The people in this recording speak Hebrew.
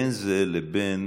בין זה לבין